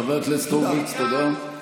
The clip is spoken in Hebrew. חבר הכנסת הורוביץ, תודה.